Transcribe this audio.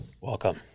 Welcome